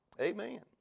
Amen